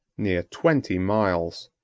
near twenty miles.